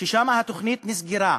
שבהם התוכנית נסגרה.